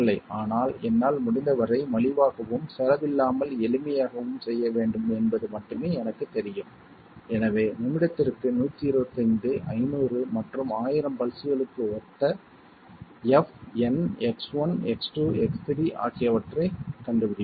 ஆனால் என்னால் முடிந்தவரை மலிவாகவும் செலவில்லாமல் எளிமையாகவும் செய்ய வேண்டும் என்பது மட்டுமே எனக்குத் தெரியும் எனவே நிமிடத்திற்கு 125 500 மற்றும் 1000 பல்ஸ்களுக்கு ஒத்த f n X1 X2 X3 ஆகியவற்றைக் கண்டுபிடிப்பேன்